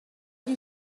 you